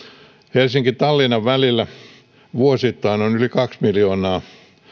helsinki tallinna välillä on vuosittain yli kaksi miljoonaa